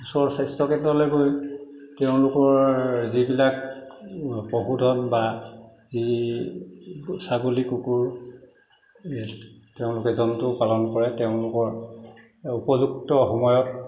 ওচৰৰ স্বাস্থ্য় কেন্দ্ৰলৈ গৈ তেওঁলোকৰ যিবিলাক পশুধন বা যি ছাগলী কুকুৰ তেওঁলোকে জন্তু পালন কৰে তেওঁলোকৰ উপযুক্ত সময়ত